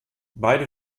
beide